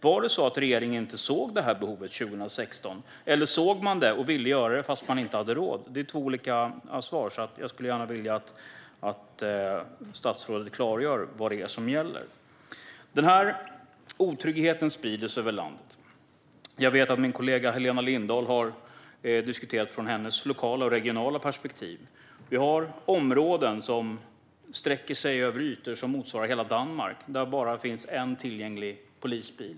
Var det så att regeringen inte såg detta behov 2016, eller såg man det och ville göra något fast man inte hade råd? Det är två olika svar, och jag skulle gärna vilja att statsrådet klargör vad det är som gäller. Otryggheten sprider sig över landet. Jag vet att min kollega Helena Lindahl har diskuterat detta utifrån sitt lokala och regionala perspektiv. Vi har områden som sträcker sig över ytor motsvarande hela Danmark där det bara finns en tillgänglig polisbil.